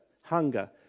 hunger